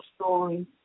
story